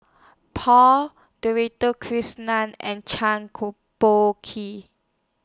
Paul Krishnan and